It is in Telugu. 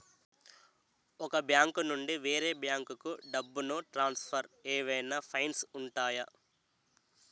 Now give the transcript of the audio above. ఒక బ్యాంకు నుండి వేరే బ్యాంకుకు డబ్బును ట్రాన్సఫర్ ఏవైనా ఫైన్స్ ఉంటాయా?